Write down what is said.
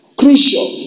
crucial